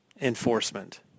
enforcement